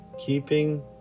Keeping